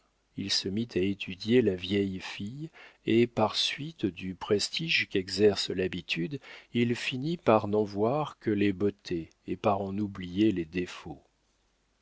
il se mit à étudier la vieille fille et par suite du prestige qu'exerce l'habitude il finit par n'en voir que les beautés et par en oublier les défauts